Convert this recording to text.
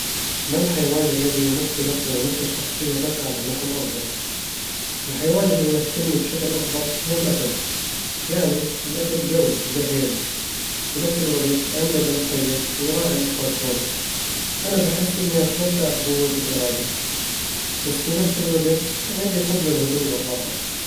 ما الحيوان الذي يمثلك ويمثل شخصيتك على النحو الأفضل؟ الحيوان اللي يمثّلني بشكل أفضل هو الأسد يعني، الأسد قوي وله هيبة، وفي نفس الوقت عنده قلب طيب ويراعي الأفراد حوله أنا بحس إني أتمتع بقوة الإرادة، بس في نفس الوقت عندي حب للهدوء والراحة